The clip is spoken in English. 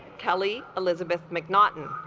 kelly elizabeth mcnaughton